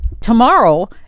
tomorrow